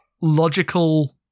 logical